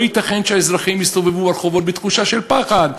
לא ייתכן שהאזרחים יסתובבו ברחובות בתחושה של פחד.